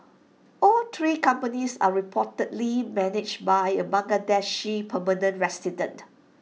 all three companies are reportedly managed by A Bangladeshi permanent resident